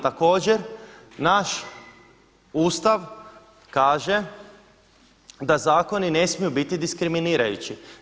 Također naš Ustav kaže da zakoni ne smiju biti diskriminirajući.